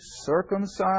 circumcised